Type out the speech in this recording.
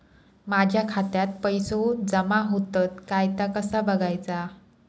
माझ्या खात्यात पैसो जमा होतत काय ता कसा बगायचा?